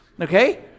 okay